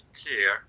clear